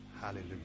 Hallelujah